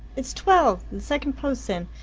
it's twelve! the second post's in.